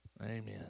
Amen